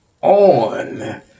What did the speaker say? on